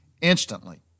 instantly